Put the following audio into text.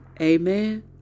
Amen